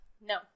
No